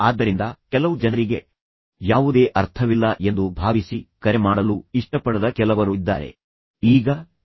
ಆದ್ದರಿಂದ ಕೆಲವು ಜನರಿಗೆ ಯಾವುದೇ ಅರ್ಥವಿಲ್ಲ ಎಂದು ಭಾವಿಸಿ ಕರೆ ಮಾಡಲು ಇಷ್ಟಪಡದ ಕೆಲವರು ಇದ್ದಾರೆ ಆದರೆ ಆ ಜನರು ವಾಸ್ತವವಾಗಿ ಈ ಕರೆಗಳನ್ನು ಎದುರು ನೋಡುತ್ತಿದ್ದಾರೆ ಮತ್ತು ಕಾಯುತ್ತಿದ್ದಾರೆ